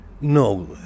No